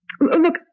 look